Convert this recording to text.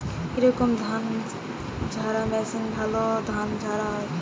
কি রকম ধানঝাড়া মেশিনে ভালো ধান ঝাড়া হয়?